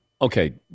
Okay